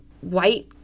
white